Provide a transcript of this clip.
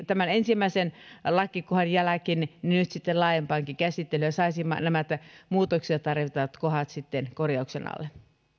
tämän ensimmäisen lakikohdan jälkeen sitten laajempaankin käsittelyyn ja saisimme nämä muutoksia tarvitsevat kohdat sitten korjauksen alle